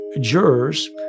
Jurors